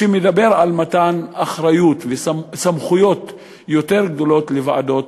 שמדבר על מתן אחריות וסמכויות יותר גדולות לוועדות